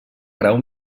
grau